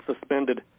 suspended